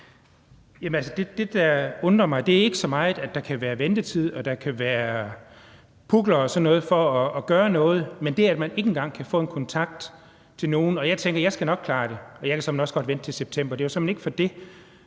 Det, der undrer mig, er ikke så meget, at der kan være ventetid, og at der kan være pukler og sådan noget for at gøre noget, men det, at man ikke engang kan få en kontakt til nogen. Jeg tænker, at jeg nok skal klare det, og jeg kan såmænd også godt vente til september. Det var såmænd ikke for det.